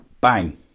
bang